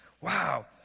wow